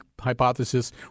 hypothesis